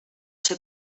ser